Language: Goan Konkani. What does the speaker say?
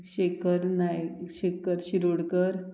शेखर नायक शेखर शिरोडकर